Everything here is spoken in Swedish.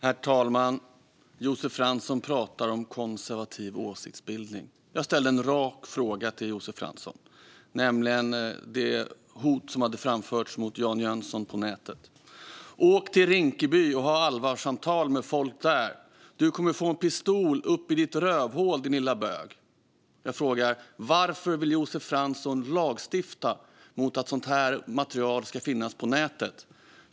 Herr talman! Josef Fransson talar om konservativ åsiktsbildning. Jag ställde en rak fråga till Josef Fransson om det hot som hade framförts mot Jan Jönsson på nätet: "Åk till Rinkeby och ha allvarssamtal med folk du kommer få en pistol upp i ditt rövhål din lilla bög." Jag frågar: Varför vill Josef Fransson lagstifta mot att sådant material ska kunna tas bort från nätet?